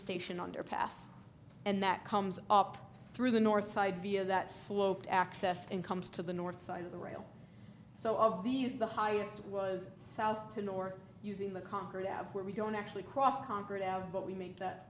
station underpass and that comes up through the north side via that sloped access and comes to the north side of the rail so of these the highest was south to north using the concord out where we don't actually cross concord out but we make that